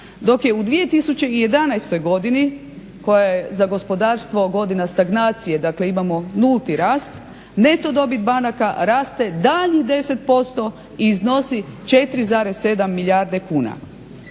dok je u 2011. godini koja je za gospodarstvo godina stagnacije, dakle imamo nulti rast, neto dobit banaka raste daljnjih 10% i iznosi 4,7 milijarde kuna.